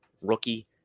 rookie